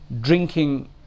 drinking